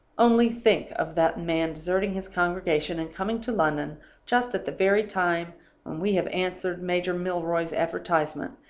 only think of that man deserting his congregation, and coming to london just at the very time when we have answered major milroy's advertisement,